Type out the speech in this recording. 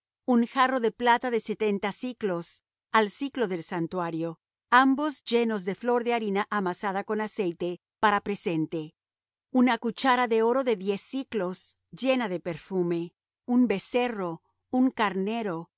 un jarro de plata de setenta siclos al siclo del santuario ambos llenos de flor de harina amasada con aceite para presente una cuchara de oro de diez siclos llena de perfume un becerro un carnero